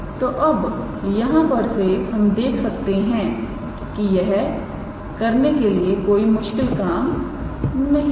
तो अब यहां पर से देख सकते हैं कि यह करने के लिए कोई मुश्किल काम नहीं है